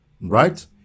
Right